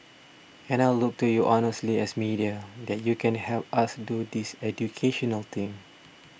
and I'll look to you honestly as media that you can help us do this educational thing